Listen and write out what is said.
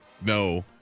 No